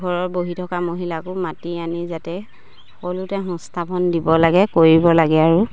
ঘৰৰ বহি থকা মহিলাকো মাতি আনি যাতে সকলোকে সংস্থাপন দিব লাগে কৰিব লাগে আৰু